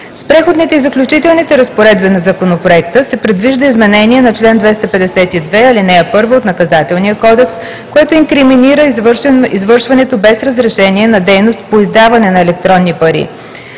С Преходните и заключителните разпоредби на Законопроекта се предвижда изменение на: - чл. 252, ал. 1 от Наказателния кодекс, което инкриминира извършването без разрешение на дейност по издаване на електронни пари;